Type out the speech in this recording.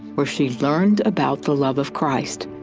where she learned about the love of christ.